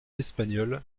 espagnol